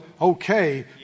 okay